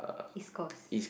East-Coast